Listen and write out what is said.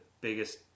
biggest